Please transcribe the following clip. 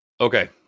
Okay